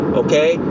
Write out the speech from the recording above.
okay